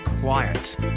quiet